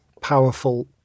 powerful